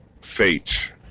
fate